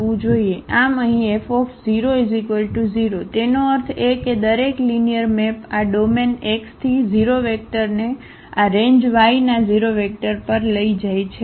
આમ અહીં F 0 તેનો અર્થ એ કે દરેક લિનિયર મૅપ આ ડોમેન X થી 0 વેક્ટરને આ રેન્જ Yના 0 વેક્ટર પર લઈ જાય છે